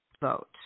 vote